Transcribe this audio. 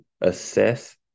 assess